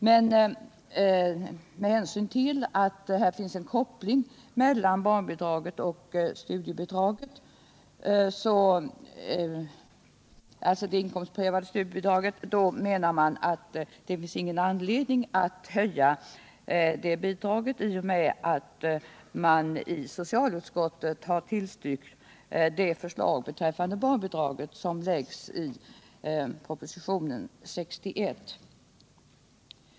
Men med hänvisning till att det finns en koppling mellan barnbidraget och studiebidraget menar utskottet att det inte finns någon anledning att höja studiebidraget i och med att socialutskottet tillstyrkt det förslag beträffande barnbidrag som läggs fram i propositionen 61.